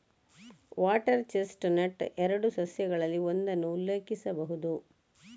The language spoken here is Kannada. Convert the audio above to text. ವಾಟರ್ ಚೆಸ್ಟ್ ನಟ್ ಎರಡು ಸಸ್ಯಗಳಲ್ಲಿ ಒಂದನ್ನು ಉಲ್ಲೇಖಿಸಬಹುದು